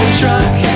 truck